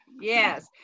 Yes